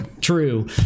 true